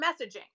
messaging